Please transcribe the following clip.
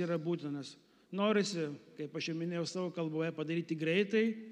yra būtinas norisi kaip aš jau minėjau savo kalboje padaryti greitai